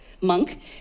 monk